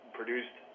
produced